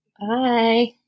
Bye